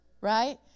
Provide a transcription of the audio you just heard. Right